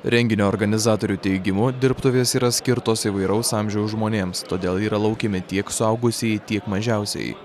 renginio organizatorių teigimu dirbtuvės yra skirtos įvairaus amžiaus žmonėms todėl yra laukiami tiek suaugusieji tiek mažiausieji